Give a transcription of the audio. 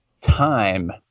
time